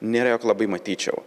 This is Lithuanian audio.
nėra jog labai matyčiau